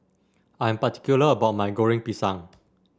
I am particular about my Goreng Pisang